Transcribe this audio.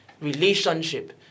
relationship